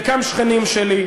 חלקם שכנים שלי.